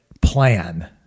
plan